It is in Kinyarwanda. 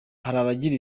abagira